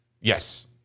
Yes